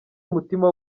umutima